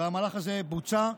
המהלך הזה בוצע,